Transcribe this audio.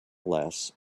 less